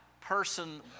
person